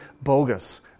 bogus